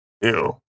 ew